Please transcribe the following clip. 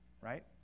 right